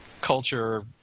culture